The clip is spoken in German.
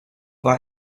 war